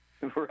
Right